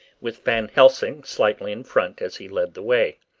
with van helsing slightly in front as he led the way.